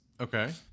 Okay